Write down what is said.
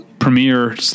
premiere